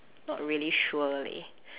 not really sure leh